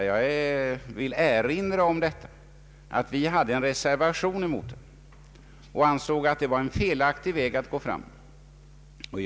Jag vill erinra om att vi reserverade oss mot detta och ansåg att det var en felaktig väg att gå fram på.